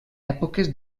èpoques